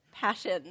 Passion